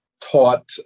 taught